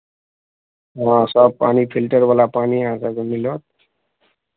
हँ सभ पानि फिल्टरवला पानि अहाँ सभकेँ मिलत